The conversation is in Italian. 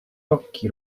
occhi